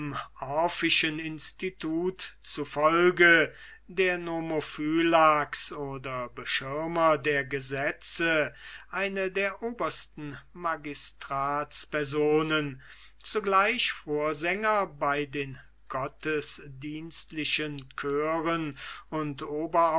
orphischen institut zufolge der nomophylax oder beschirmer der gesetze eine der obersten magistratspersonen zugleich vorsänger bei den gottesdienstlichen chören und